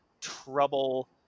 trouble